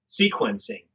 sequencing